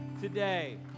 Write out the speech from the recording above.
today